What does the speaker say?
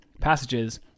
passages